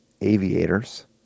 aviators